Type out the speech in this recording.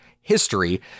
history